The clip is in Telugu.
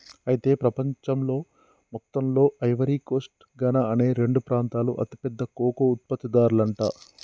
అయితే ప్రపంచంలో మొత్తంలో ఐవరీ కోస్ట్ ఘనా అనే రెండు ప్రాంతాలు అతి పెద్ద కోకో ఉత్పత్తి దారులంట